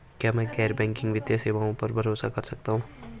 क्या मैं गैर बैंकिंग वित्तीय सेवाओं पर भरोसा कर सकता हूं?